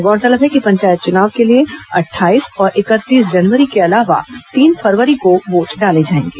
गौरतलब है कि पंचायत चुनाव के लिए अट्ठाईस और इकतीस जनवरी के अलावा तीन फरवरी को वोट डाले जाएंगे